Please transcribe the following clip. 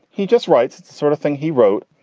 he just writes, it's the sort of thing he wrote.